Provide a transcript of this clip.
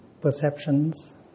perceptions